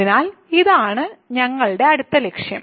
അതിനാൽ ഇതാണ് ഞങ്ങളുടെ അടുത്ത ലക്ഷ്യം